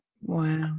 Wow